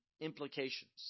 implications